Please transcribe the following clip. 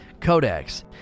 Codex